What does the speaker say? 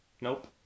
Nope